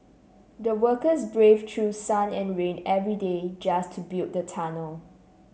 the workers braved through sun and rain every day just to build the tunnel